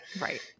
Right